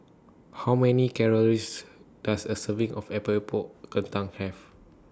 How Many Calories Does A Serving of Epok Epok Kentang Have